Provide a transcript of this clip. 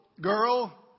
girl